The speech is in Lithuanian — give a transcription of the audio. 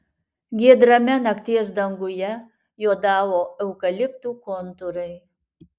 giedrame nakties danguje juodavo eukaliptų kontūrai